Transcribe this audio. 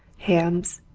hams,